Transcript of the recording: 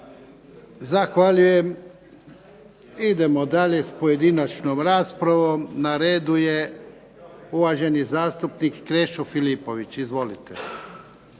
Zahvaljujem. I idemo dalje s pojedinačnom raspravom. Na redu je uvaženi zastupnik Krešo Filipović. Izvolite.